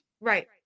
Right